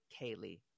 Kaylee